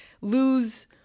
lose